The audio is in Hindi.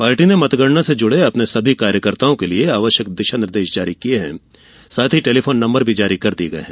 पार्टी ने मतगणना से जुड़े अपने सभी कार्यकर्ताओं के लिए आवश्यक दिशा निर्देश जारी किए हैं साथ ही टेलीफोन नंबर भी जारी कर दिए गए हैं